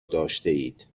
داشتهاید